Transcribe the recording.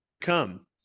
come